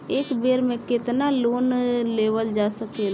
एक बेर में केतना लोन लेवल जा सकेला?